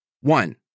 One